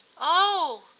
Oh